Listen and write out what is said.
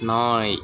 நாய்